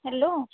hello